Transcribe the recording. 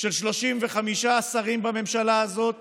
של 35 שרים בממשלה הזאת